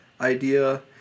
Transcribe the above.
idea